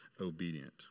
obedient